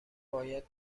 باید